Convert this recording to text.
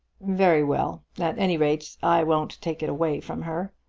very well. at any rate i won't take it away from her.